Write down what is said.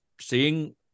seeing